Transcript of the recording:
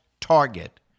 target